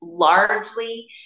largely